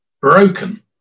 broken